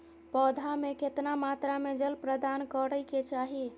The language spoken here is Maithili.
पौधा में केतना मात्रा में जल प्रदान करै के चाही?